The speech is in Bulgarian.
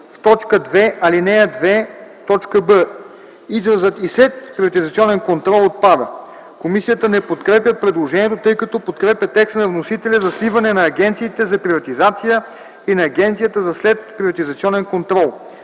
В т. 2, ал. 2, т. „б” изразът „и следприватизационен контрол” отпада. Комисията не подкрепя предложението, тъй като подкрепя текста на вносителя за сливане на Агенцията за приватизация и Агенцията за следприватизационен контрол.